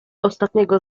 ostatniego